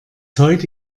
heute